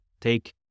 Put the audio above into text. take